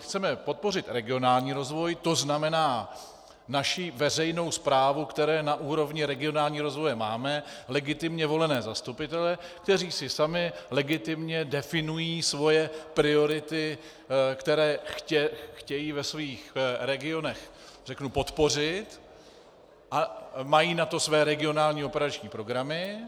Chceme podpořit regionální rozvoj, to znamená naši veřejnou správu, kterou na úrovni regionálního rozvoje máme, legitimně volené zastupitele, kteří si sami legitimně definují svoje priority, které chtějí ve svých regionech podpořit, a mají na to své regionální operační programy.